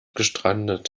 gestrandet